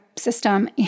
system